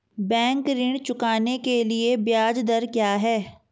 Bank ऋण चुकाने के लिए ब्याज दर क्या है?